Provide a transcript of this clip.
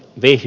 viisi